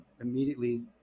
immediately